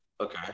Okay